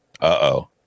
Uh-oh